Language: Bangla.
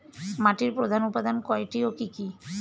মাটির প্রধান উপাদান কয়টি ও কি কি?